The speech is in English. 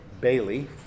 Bailey